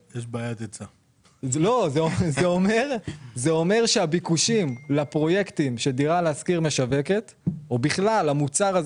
זה אומר שהביקושים לפרויקטים שדירה להשכיר משווקת ולמוצר הזה